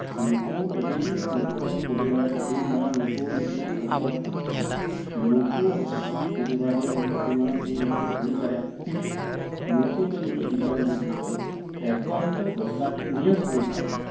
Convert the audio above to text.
ᱱᱩᱠᱩ ᱟᱹᱰᱤ ᱱᱩᱠᱩ ᱯᱚᱨᱤᱵᱟᱨ ᱨᱮ ᱟᱹᱰᱤ ᱢᱟᱨᱟᱝ ᱱᱩᱠᱩ ᱢᱤᱫᱴᱮᱝ ᱥᱚᱢᱯᱚᱫ ᱠᱟᱱᱟ ᱠᱚ ᱱᱩᱠᱩ ᱦᱚᱛᱮᱡ ᱛᱮᱜᱮ ᱯᱚᱨᱤᱵᱟᱨ ᱨᱮᱭᱟᱜ ᱢᱤᱫᱴᱮᱡ ᱟᱹᱰᱤ ᱢᱟᱨᱟᱝ ᱩᱱᱱᱚᱛᱤ ᱦᱩᱭ ᱫᱟᱲᱮᱭᱟᱜ ᱠᱷᱟᱹᱛᱤᱨ ᱛᱮ ᱱᱩᱠᱩ ᱫᱚ ᱱᱤᱛᱳᱜ ᱵᱤᱜᱽᱜᱟᱱ ᱡᱩᱜᱽ ᱨᱮᱫᱚ ᱮᱠᱟᱱᱛᱚ ᱫᱚᱨᱠᱟᱨ ᱡᱮ ᱱᱤᱭᱟᱹ ᱥᱚᱢᱚᱭᱠᱟᱞ ᱨᱮᱫᱚ